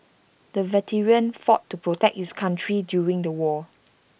the veteran fought to protect his country during the war